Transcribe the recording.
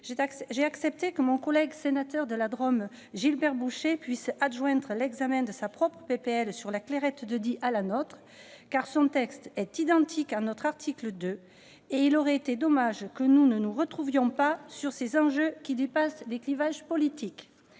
J'ai accepté que mon collègue sénateur de la Drôme Gilbert Bouchet puisse joindre l'examen de sa proposition de loi sur la Clairette de Die à celui de la nôtre, car son texte est identique à l'article 2, et il aurait été dommage que nous ne nous retrouvions pas sur ces enjeux qui dépassent les clivages politiques.